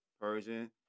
Persian